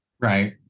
Right